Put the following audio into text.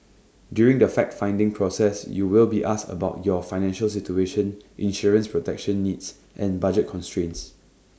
during the fact finding process you will be asked about your financial situation insurance protection needs and budget constraints